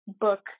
book